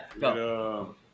Go